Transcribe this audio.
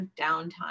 downtime